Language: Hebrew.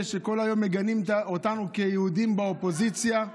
שכל היום מגנים אותנו כיהודים באופוזיציה,